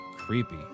creepy